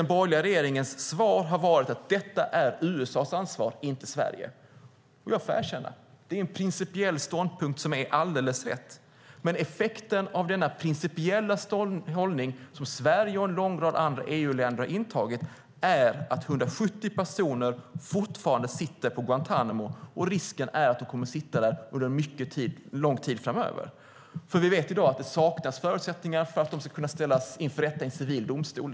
Den borgerliga regeringens svar har varit att detta är USA:s ansvar, inte Sveriges. Jag får erkänna att det är en principiell ståndpunkt som är alldeles riktig, men effekten av den principiella hållning som Sverige och en lång rad andra EU-länder intagit är att 170 personer fortfarande sitter på Guantánamo. Risken är att de kommer att sitta där under mycket lång tid framöver. Vi vet att det i dag saknas förutsättningar för att de ska kunna ställas inför rätta i en civil domstol.